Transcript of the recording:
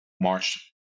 March